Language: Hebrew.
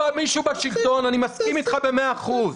אני מסכים אתך במאה אחוזים.